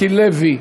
מיקי לוי?